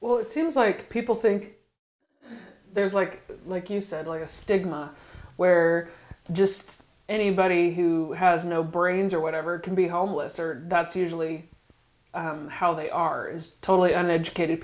well it seems like people think there's like like you said like a stigma where just anybody who has no brains or whatever can be homeless or that's usually how they are is totally uneducated